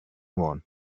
one